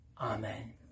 Amen